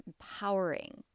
empowering